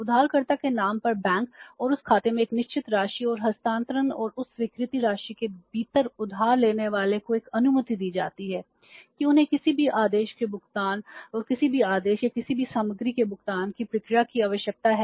उधारकर्ता के नाम पर बैंक और उस खाते में एक निश्चित राशि और हस्तांतरण और उस स्वीकृत राशि के भीतर उधार लेने वाले को एक अनुमति दी जाती है कि उन्हें किसी भी आदेश के भुगतान और किसी भी आदेश या किसी भी सामग्री के भुगतान की प्रक्रिया की आवश्यकता है